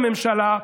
הממשלה,